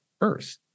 earth